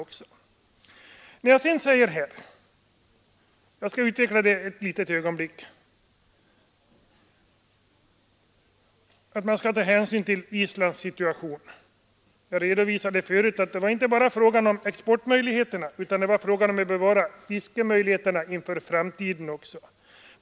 Jag skall ett litet ögonblick utveckla detta, att man måste ta hänsyn till Islands situation. Jag redovisade förut att det inte bara är fråga om exportmöjligheterna, utan att det också gäller möjligheterna att bevara fisket i framtiden.